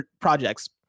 projects